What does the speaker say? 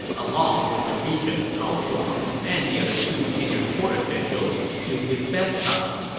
along with the regent cao shuang and the other two senior court officials to his bedside.